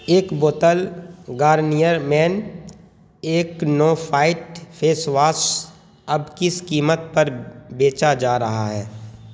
ایک بوتل Garnier men acno fight face wash اب کس قیمت پر بیچا جا رہا ہے